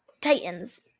titans